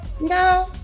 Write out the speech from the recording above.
No